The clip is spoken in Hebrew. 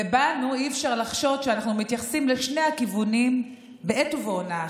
ובנו אי-אפשר לחשוד שאנחנו מתייחסים לשני הכיוונים בעת ובעונה אחת.